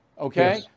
Okay